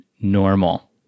normal